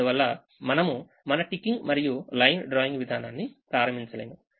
అందువల్ల మనము మన టికింగ్ మరియు లైన్ డ్రాయింగ్ విధానాన్ని ప్రారంభించలేము